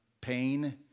pain